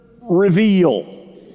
reveal